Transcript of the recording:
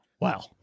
Wow